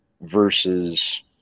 versus